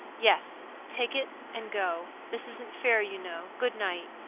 yes. take it and go. this isn't fair, you know. good-night.